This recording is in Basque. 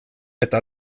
eta